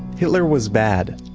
hitler was bad.